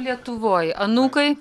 lietuvoj anūkai